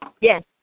yes